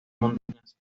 montañas